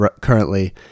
currently